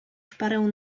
szparę